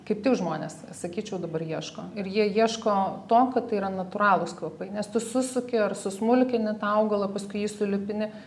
kaip tik žmonės sakyčiau dabar ieško ir jie ieško to kad tai yra natūralūs kvapai nes tu susuki ar susmulkini tą augalą paskui jį sulipini